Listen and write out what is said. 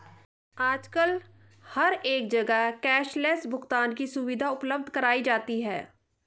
आजकल हर एक जगह कैश लैस भुगतान की सुविधा उपलब्ध कराई जाती है